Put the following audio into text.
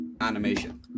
animation